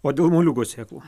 o dėl moliūgo sėklų